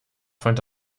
fand